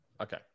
Okay